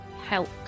help